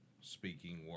speaking